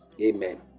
Amen